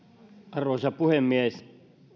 arvoisa puhemies